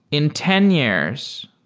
in ten years,